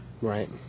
Right